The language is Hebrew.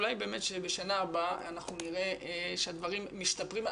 אולי באמת בשנה הבאה אנחנו נראה שהדברים משתפרים.